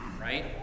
right